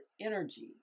energy